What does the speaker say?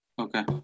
Okay